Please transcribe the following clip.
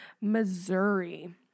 Missouri